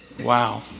wow